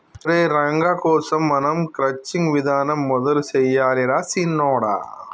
ఒరై రంగ కోసం మనం క్రచ్చింగ్ విధానం మొదలు సెయ్యాలి రా సిన్నొడా